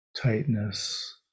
tightness